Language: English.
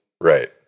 Right